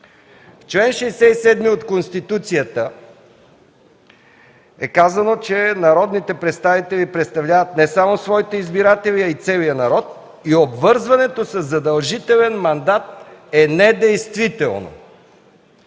В чл. 67 от Конституцията е казано, че народните представители представляват не само своите избиратели, а и целия народ и обвързването със задължителен мандат е недействително.